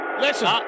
Listen